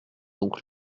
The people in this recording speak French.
donc